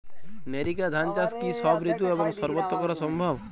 NERICA ধান চাষ কি সব ঋতু এবং সবত্র করা সম্ভব?